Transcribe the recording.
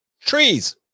trees